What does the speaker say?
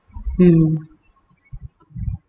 mm